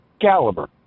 caliber